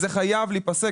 זה חייב להיפסק,